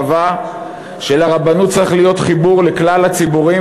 קבע שלרבנות צריך להיות חיבור לכלל הציבורים